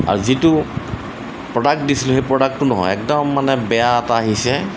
আৰু যিটো প্ৰডাক্ট দিছিলোঁ সেই প্ৰডাক্টটো নহয় একদম মানে বেয়া এটা আহিছে